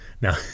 Now